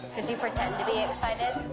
and you pretend to be excited?